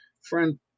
Friend